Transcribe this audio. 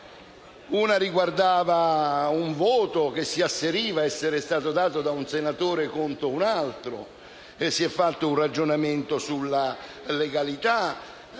Una riguardava un voto che si asseriva essere stato dato da un senatore per conto di un altro. Si è fatto un ragionamento sulla legalità.